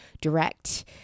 direct